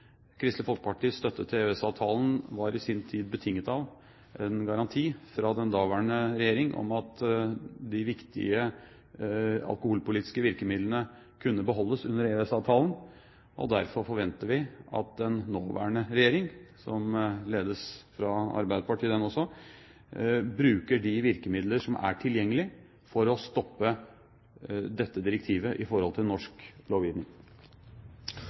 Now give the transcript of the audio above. Kristelig Folkepartis støtte til EØS-avtalen var i sin tid betinget av en garanti fra den daværende regjering om at de viktige alkoholpolitiske virkemidlene kunne beholdes under EØS-avtalen. Derfor forventer vi at den nåværende regjering, som også ledes av Arbeiderpartiet, bruker de virkemidler som er tilgjengelig for å stoppe dette direktivet i forhold til norsk lovgivning.